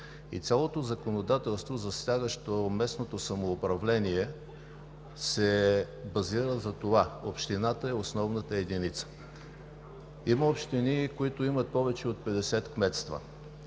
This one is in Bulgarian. Цялото законодателство, засягащо местното самоуправление, се базира на това, че общината е основната единица. Има общини, които имат повече от 50 кметства.